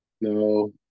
No